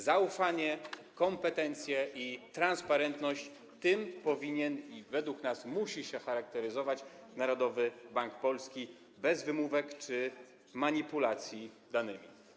Zaufanie, kompetencje i transparentność - tym powinien i, według nas, musi się charakteryzować Narodowy Bank Polski, bez wymówek czy manipulacji danymi.